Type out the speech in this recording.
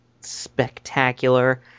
spectacular